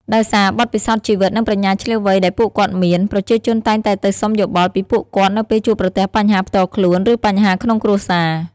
ដោយសារបទពិសោធន៍ជីវិត និងប្រាជ្ញាឈ្លាសវៃដែលពួកគាត់មាន ប្រជាជនតែងតែទៅសុំយោបល់ពីពួកគាត់នៅពេលជួបប្រទះបញ្ហាផ្ទាល់ខ្លួន ឬបញ្ហាក្នុងគ្រួសារ។